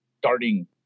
starting